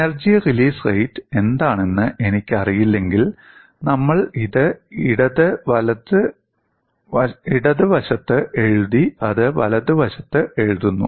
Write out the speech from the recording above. energy release rate എന്താണെന്ന് എനിക്കറിയില്ലെങ്കിൽ നമ്മൾ ഇത് ഇടത് വശത്ത് എഴുതി ഇത് വലതുവശത്ത് എഴുതുന്നു